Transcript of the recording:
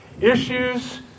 issues